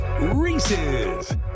Reese's